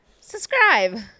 Subscribe